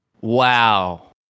Wow